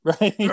right